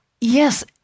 Yes